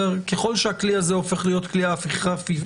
ככל שהכלי הזה הופך להיות כלי האכיפה,